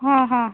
हा हा